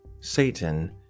Satan